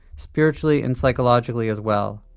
spiritually and psychologically as well.